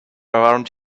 around